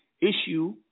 issue